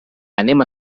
anem